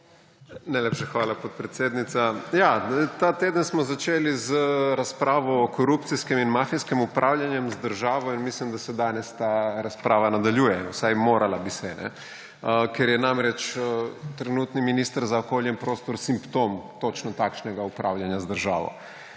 Najlepša hvala, podpredsednica. Ja, ta teden smo začeli z razpravo o korupcijskem in mafijskem upravljanjem z državo in mislim, da se danes ta razprava nadaljuje. Vsaj morala bi se, ker je namreč trenutni minister za okolje in prostor simptom točno takšnega upravljanja z državo.